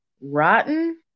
Rotten